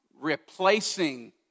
replacing